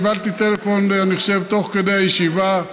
קיבלת טלפון, אני חושב תוך כדי הישיבה.